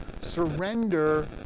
surrender